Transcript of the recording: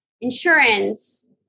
insurance